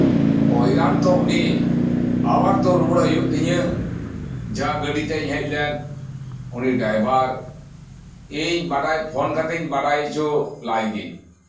ᱚ ᱮᱱᱟᱱ ᱛᱚ ᱩᱱᱤ ᱟᱵᱟᱨ ᱛᱚ ᱨᱩᱣᱟᱹᱲᱚᱜ ᱦᱩᱭᱩᱜ ᱛᱤᱧᱟᱹ ᱡᱟᱸᱦᱟ ᱜᱟᱹᱰᱤ ᱛᱤᱧ ᱦᱮᱡ ᱞᱮᱱ ᱩᱱᱤ ᱰᱨᱟᱭᱵᱷᱟᱨ ᱤᱧ ᱵᱟᱰᱟᱭ ᱯᱷᱳᱱ ᱠᱟᱛᱮᱜ ᱤᱧ ᱵᱟᱰᱟᱭ ᱚᱪᱚ ᱞᱟᱭᱜᱮ